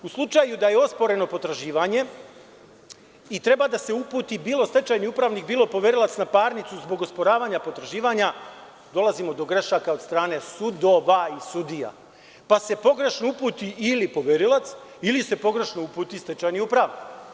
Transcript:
U slučaju da je osporeno potraživanje i treba da se uputi, bilo stečajni upravnik, bilo poverilac na parnicu zbog osporavanja potraživanja dolazimo do grešaka od strane sudova i sudija, pa se pogrešno uputi ili poverilac ili se pogrešno uputi stečajni upravnik.